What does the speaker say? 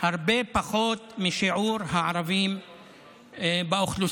הרבה פחות משיעור הערבים באוכלוסייה.